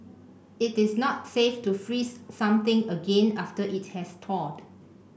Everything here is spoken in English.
it is not safe to freeze something again after it has thawed